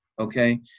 okay